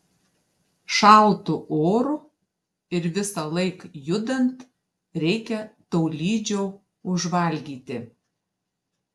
šaltu oru ir visąlaik judant reikia tolydžio užvalgyti